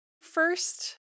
First